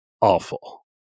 awful